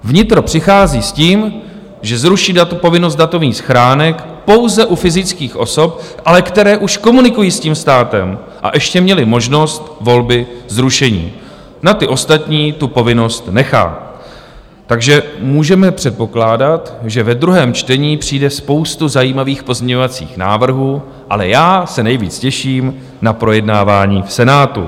Vnitro přichází s tím, že zruší povinnost datových schránek pouze u fyzických osob, ale které už komunikují s tím státem, a ještě měly možnost volby zrušení, na ostatní tu povinnost nechá, takže můžeme předpokládat, že ve druhém čtení přijde spousta zajímavých pozměňovacích návrhů, ale já se nejvíc těším na projednávání v Senátu.